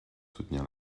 soutenir